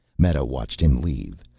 meta watched him leave,